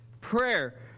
Prayer